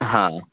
हाँ